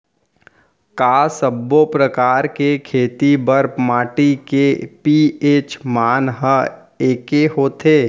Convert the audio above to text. का सब्बो प्रकार के खेती बर माटी के पी.एच मान ह एकै होथे?